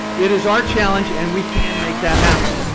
it is our challenge and we can make that happen.